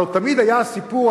אבל תמיד היה הסיפור,